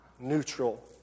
neutral